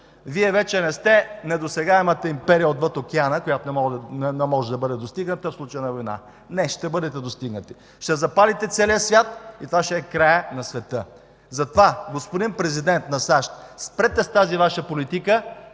Вие вече не сте недосегаемата империя отвъд океана, която не може да бъде достигната в случай на война. Не, ще бъдете достигнати. Ще запалите целия свят и това ще е краят на света. Затова, господин Президент на САЩ, спрете с тази Ваша политика